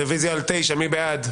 רביזיה על 19. מי בעד?